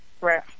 Right